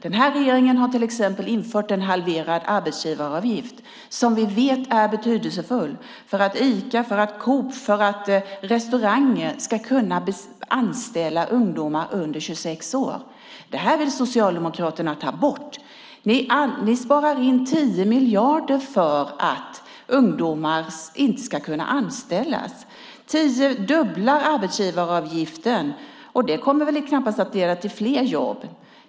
Den här regeringen har till exempel infört en halverad arbetsgivaravgift som vi vet är betydelsefull för att Ica, Coop och restauranger ska kunna anställa ungdomar under 26 år. Det vill Socialdemokraterna ta bort. Ni sparar in 10 miljarder för att ungdomar inte ska kunna anställas. Ni fördubblar arbetsgivaravgiften. Det kommer väl knappast att leda till fler jobb.